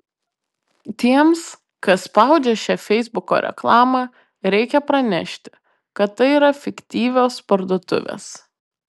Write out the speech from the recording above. tiems kas spaudžia šią feisbuko reklamą reikia pranešti kad tai yra fiktyvios parduotuvės